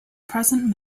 present